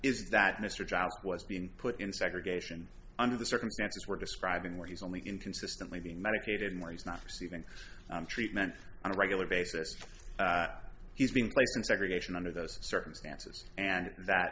is that mr johnson was being put in segregation under the circumstances we're describing where he's only inconsistently being medicated and why he's not receiving treatment on a regular basis he's being placed in segregation under those circumstances and that